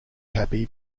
happy